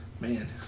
Man